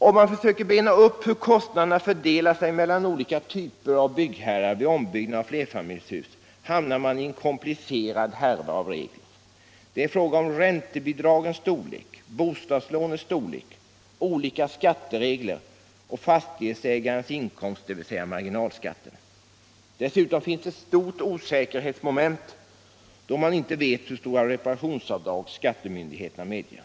Om man försöker bena upp hur kostnaderna fördelar sig mellan olika typer av byggherrar vid ombyggnad av flerfamiljshus hamnar man i en komplicerad härva av regler. Det är fråga om räntebidragens storlek, bostadslånets storlek, olika skatteregler och fastighetsägarens inkomst, dvs. marginalskatten. Dessutom finns ett stort osäkerhetsmoment då man inte vet hur stora reparationsavdrag skattemyndigheterna medger.